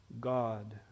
God